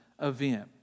event